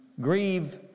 grieve